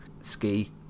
ski